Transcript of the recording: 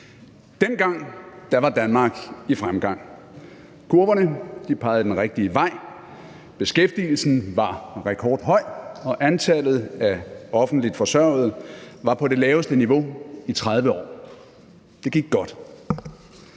Dengang var Danmark i fremgang. Kurverne pegede den rigtige vej, beskæftigelsen var rekordhøj, og antallet af offentligt forsørgede var på det laveste niveau i 30 år. Det gik godt.